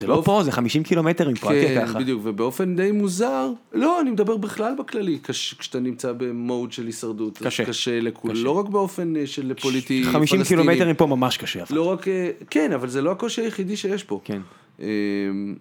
זה לא פה, זה 50 קילומטרים מפה אל תהיה ככה. כן, בדיוק, ובאופן די מוזר, לא, אני מדבר בכלל בכללי, כשאתה נמצא במהות של הישרדות, קשה, זה קשה לכולם, לא רק באופן של פוליטי פלסטיני. 50 קילומטרים פה ממש קשה אבל. כן, אבל זה לא הקושי היחידי שיש פה.